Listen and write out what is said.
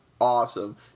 awesome